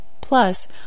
Plus